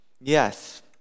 Yes